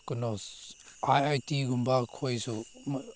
ꯀꯩꯅꯣ ꯑꯥꯏ ꯑꯥꯏ ꯇꯤꯒꯨꯝꯕ ꯑꯩꯈꯣꯏꯁꯨ